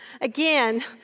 again